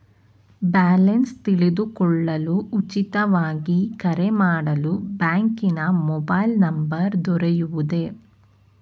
Balance ತಿಳಿದುಕೊಳ್ಳಲು ಉಚಿತವಾಗಿ ಕರೆ ಮಾಡಲು ಬ್ಯಾಂಕಿನ ಮೊಬೈಲ್ ನಂಬರ್ ದೊರೆಯುವುದೇ?